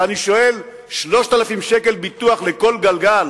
ואני שואל: 3,000 שקל ביטוח לכל גלגל,